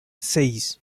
seis